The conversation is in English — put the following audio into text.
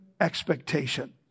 expectation